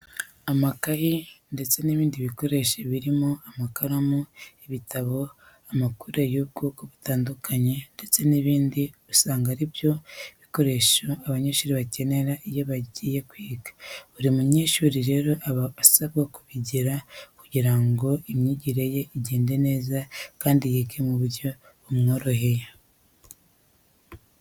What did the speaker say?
Amakayi ndetse n'ibindi bikoresho birimo amakaramu, ibitabo, amakureri y'ubwoko butandukanye ndetse n'ibindi usanga ari byo bikoresho abanyeshuri bakenera iyo bagiye kwiga. Buri munyeshuri rero aba asabwa kubigira kugira ngo imyigire ye igende neza kandi yige mu buryo bumworoheye.